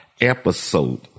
episode